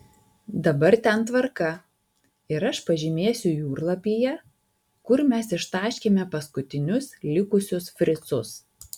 dabar ten tvarka ir aš pažymėsiu jūrlapyje kur mes ištaškėme paskutinius likusius fricus